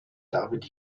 david